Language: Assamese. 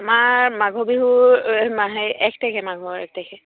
আমাৰ মাঘ বিহুৰ হেৰি এক তাৰিখে মাঘৰ এক তাৰিখে